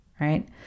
Right